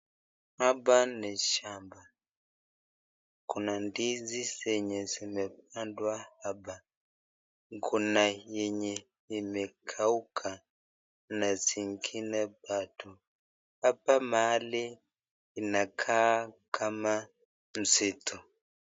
Hapa ni shamba kuna ndizi zenye zimepandwa hapa, kuna yenye imekauka na zingine bado, Hapa mahali inakaa kama msitu.